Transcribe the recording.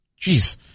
Jeez